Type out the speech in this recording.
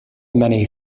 many